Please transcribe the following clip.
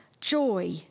joy